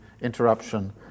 interruption